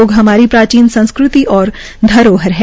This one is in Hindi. योग हमारी प्राचीन संस्कृति और धरोहर है